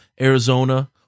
Arizona